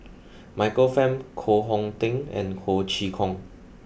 Michael Fam Koh Hong Teng and Ho Chee Kong